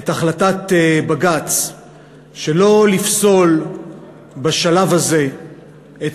את החלטת בג"ץ שלא לפסול בשלב הזה את